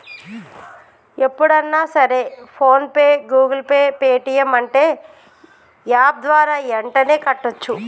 ఎప్పుడన్నా సరే PhonePe Google pay Paytm అంటే యాప్ ద్వారా యెంటనే కట్టోచ్చు